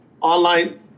online